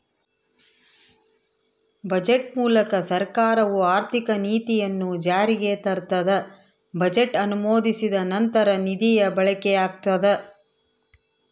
budget ಮೂಲಕ ಸರ್ಕಾರವು ಆರ್ಥಿಕ ನೀತಿಯನ್ನು ಜಾರಿಗೆ ತರ್ತದ ಬಜೆಟ್ ಅನುಮೋದಿಸಿದ ನಂತರ ನಿಧಿಯ ಬಳಕೆಯಾಗ್ತದ